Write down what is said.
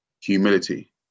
humility